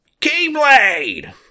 Keyblade